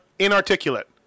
Inarticulate